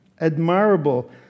admirable